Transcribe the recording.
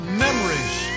memories